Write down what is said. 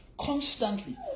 constantly